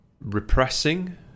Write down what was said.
repressing